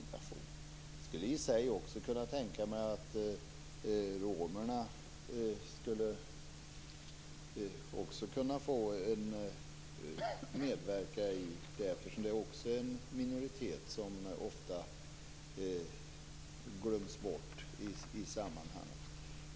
Jag skulle i och för sig kunna tänka mig att även romerna skulle kunna få medverka här. De är också en minoritet som ofta glöms bort i sammanhanget.